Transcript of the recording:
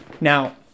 now